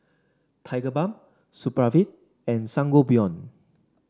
Tigerbalm Supravit and Sangobion